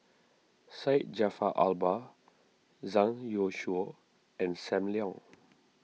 Syed Jaafar Albar Zhang Youshuo and Sam Leong